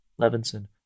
Levinson